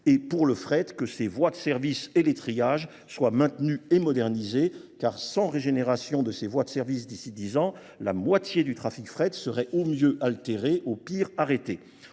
et pour le fret que ces voies de service et l'étrillage soient maintenues et modernisées, car sans régénération de ces voies de service d'ici 10 ans, la moitié du trafic fret serait au mieux altérée, au pire arrêtée.